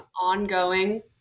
ongoing